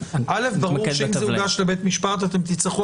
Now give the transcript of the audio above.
ברור שזה הוגש לבית משפט ואתם תצטרכו